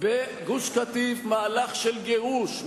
בגוש-קטיף מהלך של גירוש,